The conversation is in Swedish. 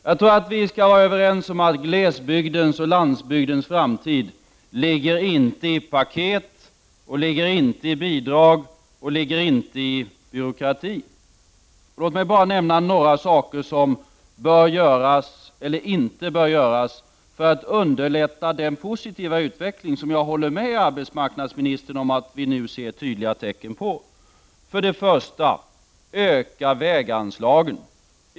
Vi skall enligt min mening vara överens om att glesbygdens och landsbygdens framtid inte ligger i paket, inte i bidrag och inte i byråkrati. Låt mig nämna några saker som bör göras resp. inte bör göras för att underlätta Åen positiva utveckling som jag håller med arbetsmarknadsministern om att vi nu ser tydliga tecken på. Öka väganslagen.